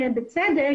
בצדק,